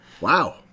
Wow